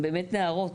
הן באמת נערות,